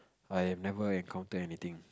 I have never encounter anything